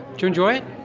do you enjoy it?